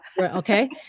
Okay